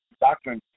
doctrine